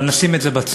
אבל נשים את זה בצד.